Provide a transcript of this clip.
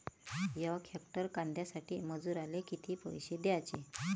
यक हेक्टर कांद्यासाठी मजूराले किती पैसे द्याचे?